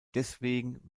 deswegen